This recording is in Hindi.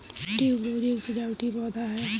ट्यूबरोज एक सजावटी पौधा है